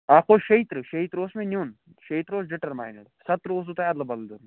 اَکھ اوس شیٚترٕٛہ شیٚترٕٛہ اوس مےٚ نِیُن شیٚترٕٛہ اوس ڈِٹَرمایِنٕڈ ستترٕٛہ اوسوٕ تۄہہِ اَدلہٕ بَدلہٕ دیُتمُت